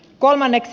kolmanneksi